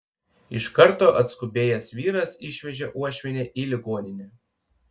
iš karto atskubėjęs vyras išvežė uošvienę į ligoninę